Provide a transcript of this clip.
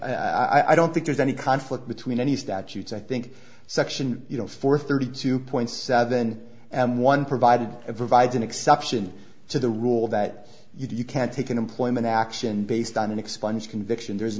i don't think there's any conflict between any statutes i think section four thirty two point seven one provided it provides an exception to the rule that you can't take an employment action based on an expunged conviction there's an